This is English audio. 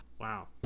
wow